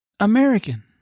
American